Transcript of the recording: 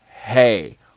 hey